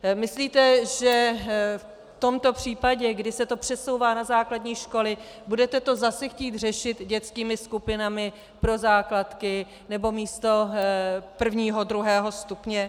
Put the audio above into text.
Myslíte, že v tomto případě, kdy se to přesouvá na základní školy, budete to zase chtít řešit dětskými skupinami pro základky nebo místo prvního, druhého stupně?